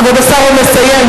כבוד השר, הוא מסיים.